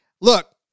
Look